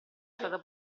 stato